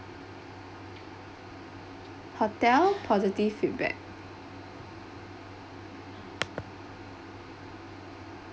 hotel positive feedback